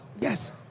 Yes